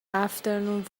afternoon